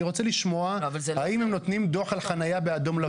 אני רוצה לשמוע האם הם נותנים דוח על חניה באדום לבן.